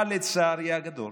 אבל לצערי הגדול